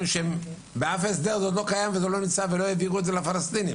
שהם באף הסדר זה לא קיים וזה לא נמצא ולא העבירו את זה לפלשתינאים.